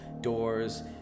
doors